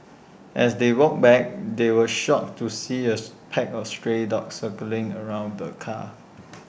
as they walked back they were shocked to see as pack of stray dogs circling around the car